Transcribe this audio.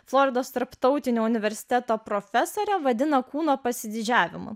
floridos tarptautinio universiteto profesore vadina kūno pasididžiavimu